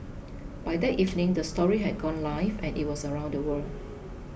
by that evening the story had gone live and it was around the world